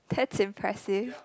that's impressive